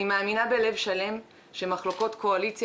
אני מאמינה בלב שלם שמחלוקות קואליציה